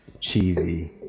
cheesy